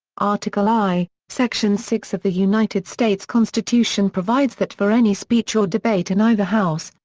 article i, section six of the united states constitution provides that for any speech or debate in either house,